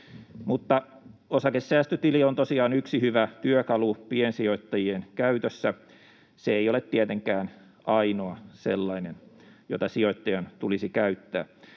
Osakesäästötili on tosiaan yksi hyvä työkalu piensijoittajien käytössä. Se ei ole tietenkään ainoa sellainen, jota sijoittajan tulisi käyttää.